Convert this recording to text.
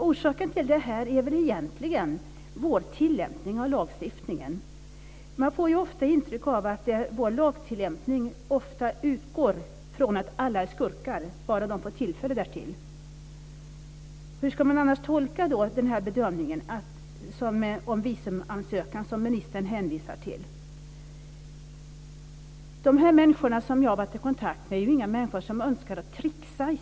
Orsaken till detta är väl egentligen vår tillämpning av lagstiftningen. Jag får ofta intrycket att man vid lagtillämpningen utgår ifrån att alla är skurkar bara de får tillfälle. Hur ska man annars tolka bedömningen av visumansökningar som ministern hänvisar till? De människor som jag har varit i kontakt med har ingen önskan att tricksa.